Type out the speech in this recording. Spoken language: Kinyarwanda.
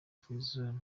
free